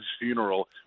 funeral